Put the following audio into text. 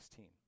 2016